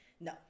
No